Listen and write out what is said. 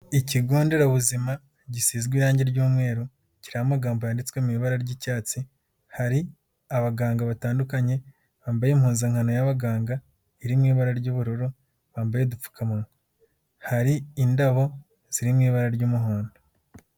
Ikigo nderabuzima gisizwe irangi ry'umweru, kiriho amagambo yanditswe mu ibara ry'icyatsi, hari abaganga batandukanye bambaye impuzankano y'abaganga iri mu ibara ry'ubururu, bambaye udupfukamunwa. Hari indabo ziri mu ibara ry'umuhondo.